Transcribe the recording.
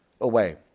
away